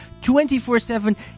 24-7